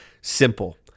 Simple